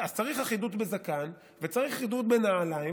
אז צריך אחידות בזקן וצריך אחידות בנעליים